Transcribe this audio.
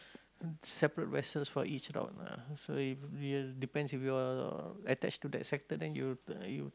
separate vessels for each route ah so if you're depends if you are attached to that sector then you you